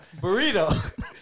Burrito